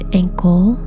ankle